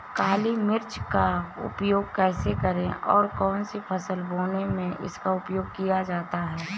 काली मिट्टी का उपयोग कैसे करें और कौन सी फसल बोने में इसका उपयोग किया जाता है?